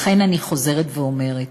לכן אני חוזרת ואומרת: